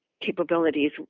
capabilities